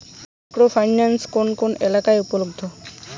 Micro finance কোন কোন এলাকায় উপলব্ধ?